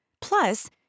Plus